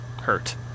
Hurt